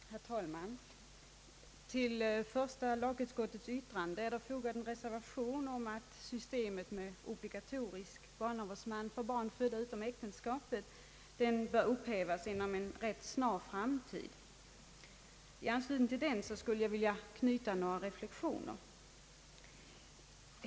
Herr talman! Till första lagutskottets utlåtande nr 52 är fogad en reservation att systemet med obligatorisk barnavårdsman för barn födda utom äktenskap bör upphävas inom en snar framtid. I anslutning till den skulle jag vilja knyta några reflexioner.